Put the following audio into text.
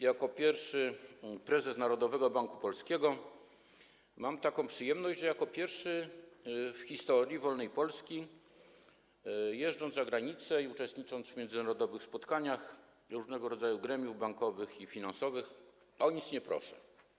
Jako pierwszy prezes Narodowego Banku Polskiego mam taką przyjemność, że jako pierwszy w historii wolnej Polski, jeżdżąc za granicę i uczestnicząc w międzynarodowych spotkaniach różnego rodzaju gremiów bankowych i finansowych, o nic nie proszę.